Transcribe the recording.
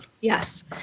Yes